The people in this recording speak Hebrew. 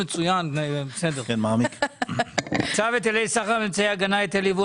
היום הצעת צו היטלי סחר ואמצעי הגנה (היטל יבוא